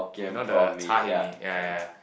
you know the char-hae-mee yea yea yea